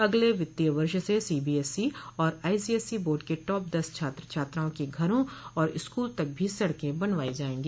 अगले वित्तीय वर्ष से सीबोएसई और आईसीएसई बोर्ड के टॉप दस छात्र छात्राओं के घरों और स्कूल तक भी सड़कें बनवाई जायेंगी